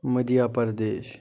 Madhya Pradesh